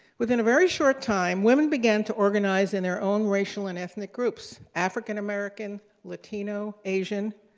within a very short time, women began to organize in their own racial and ethnic groups african american, latino, asian.